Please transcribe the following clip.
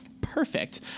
perfect